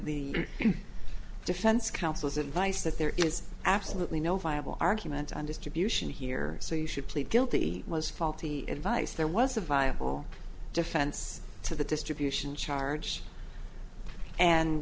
the defense counsel's advice that there is absolutely no viable argument on distribution here so you should plead guilty was faulty advice there was a viable defense to the distribution charge and